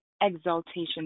exaltation